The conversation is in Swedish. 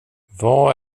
vad